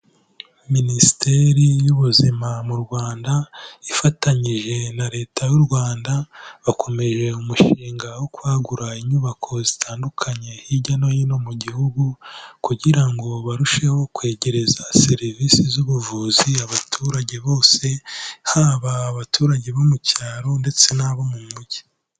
Minisiteri y'ubuzima mu Rwanda ifatanyije na leta y'u Rwanda bakomeje umushinga wo kwagura inyubako zitandukanye hirya no hino mu gihugu, kugira ngo barusheho kwegereza serivisi z'ubuvuzi abaturage bose haba abaturage bo mu cyaro ndetse n'abo mu mujyi.